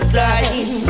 time